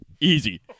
Easy